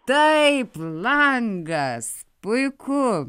taip langas puiku